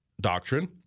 doctrine